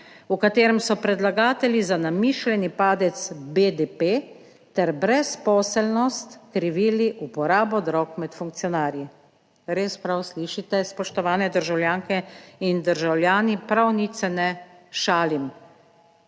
v katerem so predlagatelji za namišljeni padec BDP ter brezposelnost krivili uporabo drog med funkcionarji. Res, prav slišite, spoštovane državljanke in državljani, prav nič se ne šalim,